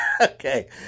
Okay